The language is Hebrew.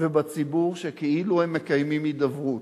ובציבור שכאילו הם מקיימים הידברות,